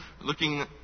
looking